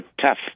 tough